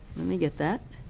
let me get that.